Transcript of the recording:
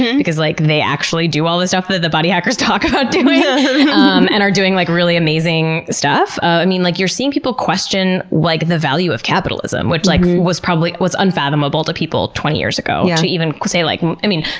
and because like they actually do all the stuff that the body hackers talk about doing yeah um and are doing like really amazing stuff. i mean, like you're seeing people question like the value of capitalism, which like was probably unfathomable to people twenty years ago yeah to even say like, i mean,